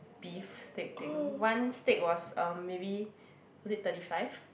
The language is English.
beef steak thing one steak was um maybe was it thirty five